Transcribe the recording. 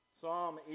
Psalm